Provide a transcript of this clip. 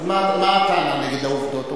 אז מה הטענה נגד העובדות?